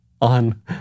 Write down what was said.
on